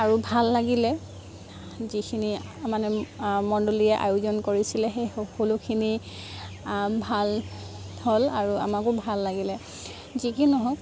আৰু ভাল লাগিলে যিখিনি মানে মণ্ডলীয়ে আয়োজন কৰিছিলে সেই সকলোখিনি ভাল হ'ল আৰু আমাকো ভাল লাগিলে যিকি নহওক